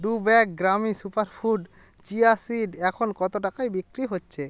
দু ব্যাগ গ্রামি superfood chia seed এখন কতো টাকায় বিক্রি হচ্ছে